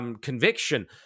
conviction